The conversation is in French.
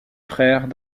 frères